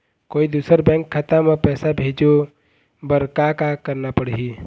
कोई दूसर बैंक खाता म पैसा भेजे बर का का करना पड़ही?